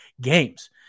games